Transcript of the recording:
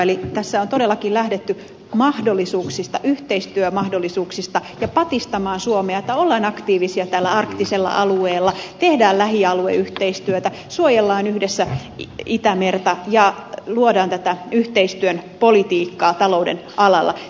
eli tässä on todellakin lähdetty mahdollisuuksista yhteistyömahdollisuuksista ja on lähdetty patistamaan suomea että ollaan aktiivisia tällä arktisella alueella tehdään lähialueyhteistyötä suojellaan yhdessä itämerta ja luodaan tätä yhteistyön politiikkaa talouden alalla